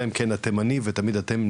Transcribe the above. אלא אם כן אתם אני ואתם תמיד נפצעים.